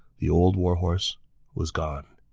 the old war horse was gone